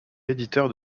éditeur